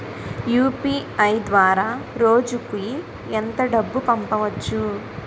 UPI ద్వారా రోజుకి ఎంత డబ్బు పంపవచ్చు?